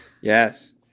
yes